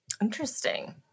Interesting